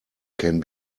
can